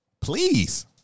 Please